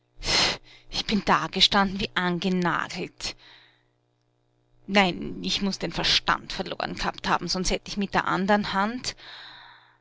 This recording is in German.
ich bin ja dagestanden wie angenagelt nein ich muß den verstand verloren gehabt haben sonst hätt ich mit der anderen hand